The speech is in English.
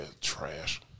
trash